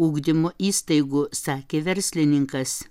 ugdymo įstaigų sakė verslininkas